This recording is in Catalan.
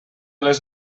les